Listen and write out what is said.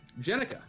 Jenica